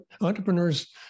entrepreneur's